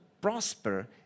prosper